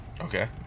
Okay